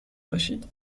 باشید